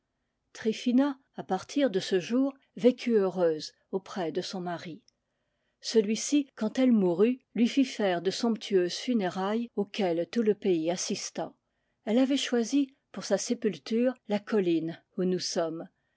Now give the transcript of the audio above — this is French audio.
tryphina à partir de ce jour vécut heureuse auprès de son mari celui-ci quand elle mourut lui fit faire de somp tueuses funérailles auxquelles tout le pays assista elle avait choisi pour sa sépulture la colline où nous sommes